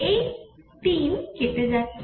এই 3 কেটে যাচ্ছে